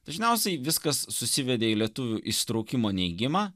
dažniausiai viskas susivedė į lietuvių įsitraukimo neigimą